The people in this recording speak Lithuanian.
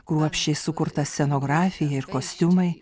kruopščiai sukurta scenografija ir kostiumai